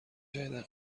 جدیدا